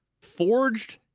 forged